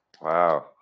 Wow